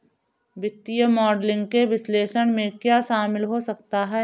वित्तीय मॉडलिंग के विश्लेषण में क्या शामिल हो सकता है?